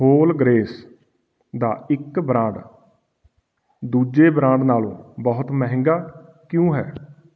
hole grains ਦਾ ਇੱਕ brand ਦੂਜੇ ਬ੍ਰਾਂਡ ਨਾਲੋਂ ਬਹੁਤ ਮਹਿੰਗਾ ਕਿਉਂ ਹੈ